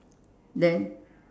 then